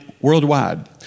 worldwide